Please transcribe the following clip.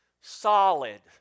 solid